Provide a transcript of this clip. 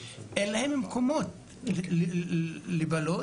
אין להם מקומות לבלות.